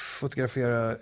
fotografera